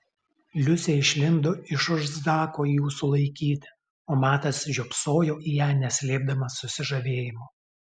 liusė išlindo iš už zako jų sulaikyti o matas žiopsojo į ją neslėpdamas susižavėjimo